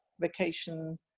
vacation